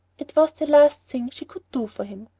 it was the last thing she could do for him.